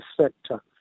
sector